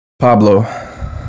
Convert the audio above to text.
pablo